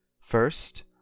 First